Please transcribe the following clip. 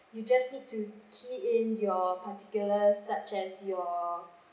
you just need to key in your particulars such as your